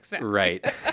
right